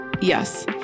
Yes